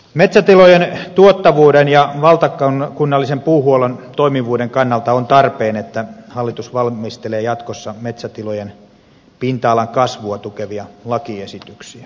metsätilojen tuottavuuden ja valtakunnallisen puuhuollon toimivuuden kannalta on tarpeen että hallitus valmistelee jatkossa metsätilojen pinta alan kasvua tukevia lakiesityksiä